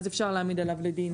אז אפשר להעמיד עליו לדין,